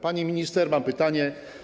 Pani minister, mam pytanie.